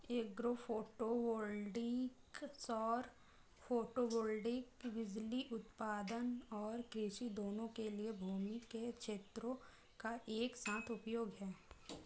agro photovoltaic सौर photovoltaic बिजली उत्पादन और कृषि दोनों के लिए भूमि के क्षेत्रों का एक साथ उपयोग है